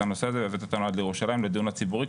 הנושא הזה והבאת אותנו עד לירושלים לדיון הציבורי,